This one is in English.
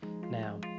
Now